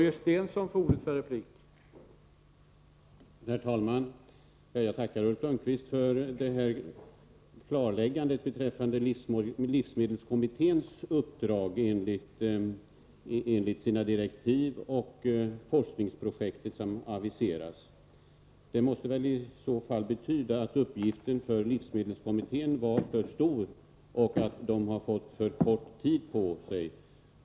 Herr talman! Jag tackar Ulf Lönnqvist för klarläggandet beträffande livsmedelskommitténs uppdrag och forskningsprojektet som aviseras. Det måste väl i så fall betyda att uppgiften för livsmedelskommittén var för stor och att kommittén har fått för kort tid på sig.